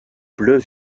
bleu